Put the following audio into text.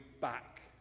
back